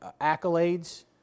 accolades